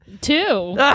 two